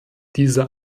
dieser